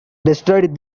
destroyed